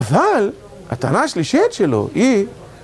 אבל הטענה השלישית שלו היא